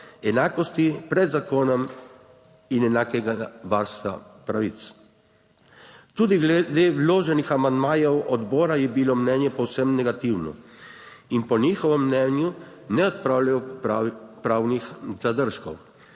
enakosti pred zakonom in enakega varstva pravic. Tudi glede vloženih amandmajev odbora je bilo mnenje povsem negativno. In po njihovem mnenju ne odpravljajo pravnih zadržkov.